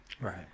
Right